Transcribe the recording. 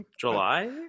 July